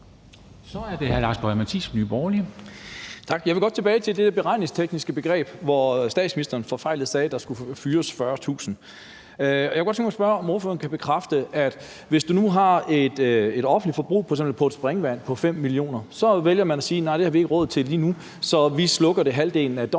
Kl. 09:56 Lars Boje Mathiesen (NB): Tak. Jeg vil godt tilbage til den beregningstekniske tilgang, som betød, at statsministeren fejlagtigt sagde, at der skulle fyres 40.000. Jeg kunne godt tænke mig spørge, om ordføreren kan bekræfte, hvad det betyder, hvis man f.eks. har et offentligt forbrug på et springvand på 5 mio. kr. og så vælger at sige: Nej, det har vi ikke råd til lige nu, så vi slukker det halvdelen af døgnet,